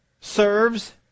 serves